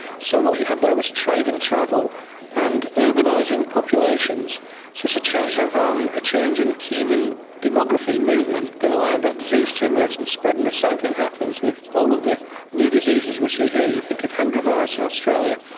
so what you had there was trade and travel and urbanising populations so it's a so change in environment, a change in human demography movement that allowed that disease to emerge and spread. and the same thing happens with all of the new diseases we see here. you think of hendra virus in australia,